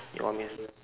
you want me to